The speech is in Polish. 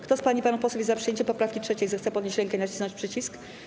Kto z pań i panów posłów jest za przyjęciem poprawki 3., zechce podnieść rękę i nacisnąć przycisk.